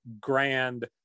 grand